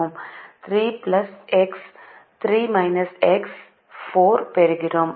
நாம் 3 X 3 X 4 பெறுகிறோம்